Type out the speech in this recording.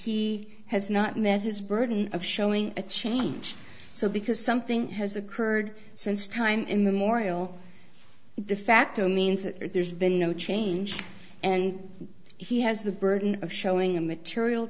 he has not met his burden of showing a change so because something has occurred since time immemorial defacto means that there's been no change and he has the burden of showing a material